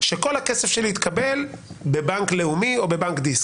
ושכל הכסף שלי יתקבל בבנק לאומי או בבנק דיסקונט.